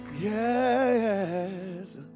Yes